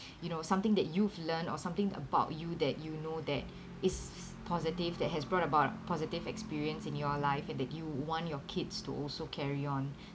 you know something that you've learned or something about you that you know that is positive that has brought about positive experience in your life and that you want your kids to also carry on